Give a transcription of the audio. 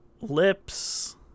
lips